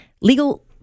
Legal